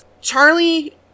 Charlie